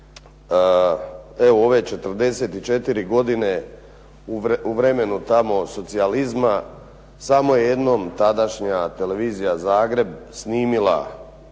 Evo ove 44 godine u vremenu tamo socijalizma, samo jednom tadašnja televizija Zagreb snimila